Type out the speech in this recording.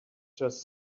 just